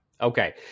Okay